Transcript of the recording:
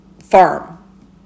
farm